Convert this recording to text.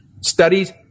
studies